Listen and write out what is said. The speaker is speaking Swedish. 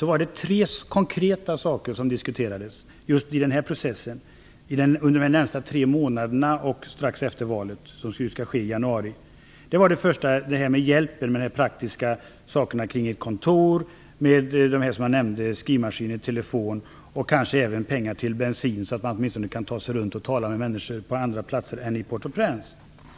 var det tre konkreta frågor som diskuterades just för processen under de närmaste tre månaderna och strax efter det val som skall ske i januari. Den första frågan handlade om hjälp med praktiska hjälpmedel kring ett kontor, dvs. det som jag tidigare nämnde om skrivmaskiner, telefoner och kanske även pengar till bensin så att de åtminstone kan ta sig runt för att tala med människor på andra platser än Port-au-Prince.